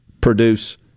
produce